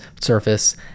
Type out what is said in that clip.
surface